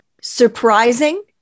surprising